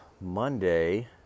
Monday